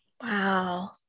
Wow